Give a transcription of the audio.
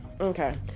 Okay